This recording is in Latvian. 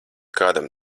kādam